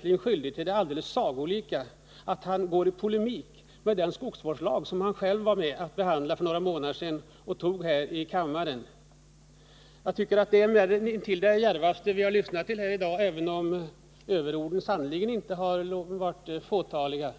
gör sig skyldig till det helt sagolika att han går i polemik mot den skogsvårdslag som han själv var med om att behandla och fatta beslut om här i kammaren för ett par månader sedan. Det är något av det djärvaste som vi har lyssnat till här i dag, även om överorden sannerligen inte har varit fåtaliga.